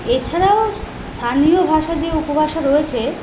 এছাড়াও স্থানীয় ভাষা যে উপভাষা রয়েছে